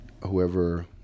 whoever